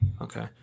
Okay